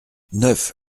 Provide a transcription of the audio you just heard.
neuf